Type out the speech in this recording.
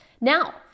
Now